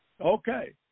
Okay